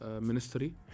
ministry